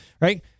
right